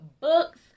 books